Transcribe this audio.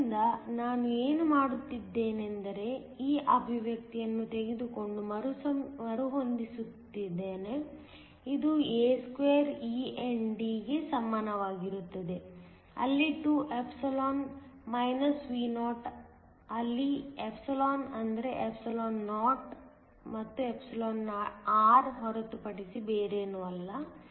ಆದ್ದರಿಂದ ನಾನು ಏನು ಮಾಡುತ್ತಿದ್ದೇನೆಂದರೆ ಈ ಅಭಿವ್ಯಕ್ತಿಯನ್ನು ತೆಗೆದುಕೊಂಡು ಮರುಹೊಂದಿಸುವುದು ಇದು a2 e ND ಗೆ ಸಮನಾಗಿರುತ್ತದೆ ಅಲ್ಲಿ 2ε Vo ಅಲ್ಲಿ ε ಅಂದರೆ εo ಮತ್ತು εr ಹೊರತುಪಡಿಸಿ ಬೇರೇನೂ ಅಲ್ಲ